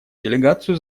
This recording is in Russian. делегацию